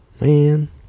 Man